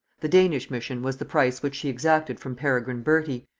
the danish mission was the price which she exacted from peregrine bertie,